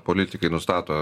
politikai nustato